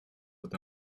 wird